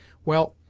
well,